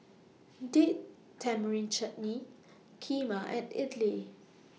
Date Tamarind Chutney Kheema and Idili